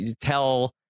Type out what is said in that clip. tell